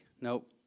Nope